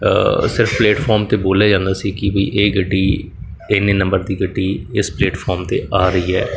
ਸਿਰਫ ਪਲੇਟਫਾਰਮ 'ਤੇ ਬੋਲਿਆ ਜਾਂਦਾ ਸੀ ਕਿ ਵੀ ਇਹ ਗੱਡੀ ਇੰਨੇ ਨੰਬਰ ਦੀ ਗੱਡੀ ਇਸ ਪਲੇਟਫਾਰਮ 'ਤੇ ਆ ਰਹੀ ਹੈ